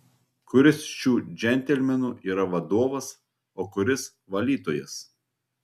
kuris šių džentelmenų yra vadovas o kuris valytojas